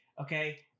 okay